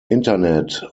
internet